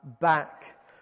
back